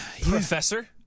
Professor